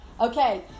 Okay